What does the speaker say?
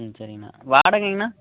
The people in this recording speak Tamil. ம் சரிங்கண்ணா வாடகைங்கண்ணா